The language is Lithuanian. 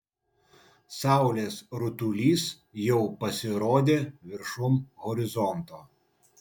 saulės rutulys jau pasirodė viršum horizonto